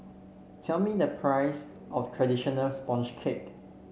tell me the price of traditional sponge cake